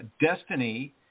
destiny